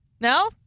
No